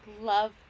love